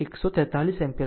143 ampere મળશે